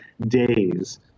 days